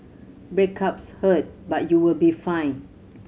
breakups hurt but you'll be fine